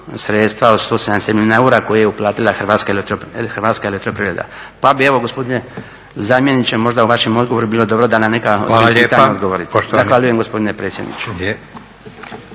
sredstva od 177 milijuna eura koje je uplatila Hrvatska elektroprivreda. Pa bih evo gospodine zamjeniče možda u vašem odgovoru bilo dobro da na neka od ovih pitanja odgovorite.